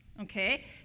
okay